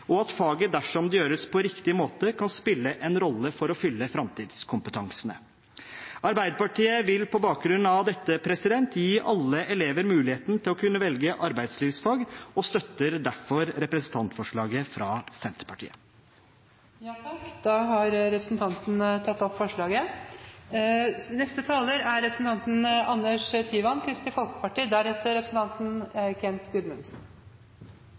og at faget dersom det gjøres på riktig måte, kan spille en rolle for å fylle framtidskompetansene. Arbeiderpartiet vil på bakgrunn av dette gi alle elever muligheten til å kunne velge arbeidslivsfag og støtter derfor representantforslaget fra Senterpartiet. Jeg fremmer med dette forslagene fra Arbeiderpartiet, Senterpartiet og Sosialistisk Venstreparti. Representanten Tynning Bjørnø har tatt opp